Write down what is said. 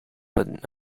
but